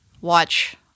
watch